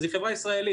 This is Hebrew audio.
אז היא חברה ישראלית,